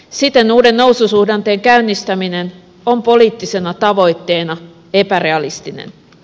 siten uuden noususuhdanteen käynnistäminen on poliittisena tavoitteena epärealistinen